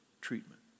treatment